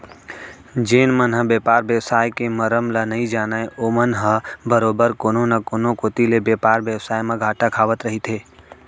जेन मन ह बेपार बेवसाय के मरम ल नइ जानय ओमन ह बरोबर कोनो न कोनो कोती ले बेपार बेवसाय म घाटा खावत रहिथे